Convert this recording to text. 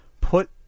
put